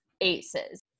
aces